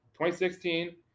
2016